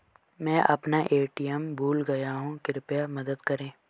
मैं अपना ए.टी.एम भूल गया हूँ, कृपया मदद करें